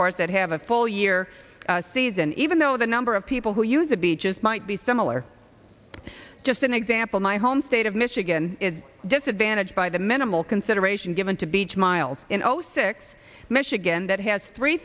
course that have a full year season even though the number of people who use the beaches might be similar just an example my home state of michigan is disadvantaged by the minimal consideration given to beach miles in zero six michigan that has three